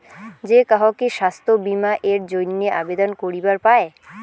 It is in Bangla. যে কাহো কি স্বাস্থ্য বীমা এর জইন্যে আবেদন করিবার পায়?